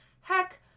Heck